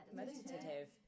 meditative